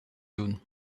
doen